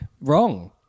Wrong